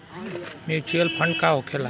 Mutual fund का होखेला?